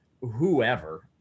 whoever